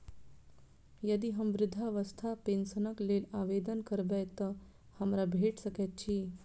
यदि हम वृद्धावस्था पेंशनक लेल आवेदन करबै तऽ हमरा भेट सकैत अछि?